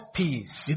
peace